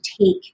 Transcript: take